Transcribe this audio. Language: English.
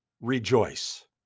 rejoice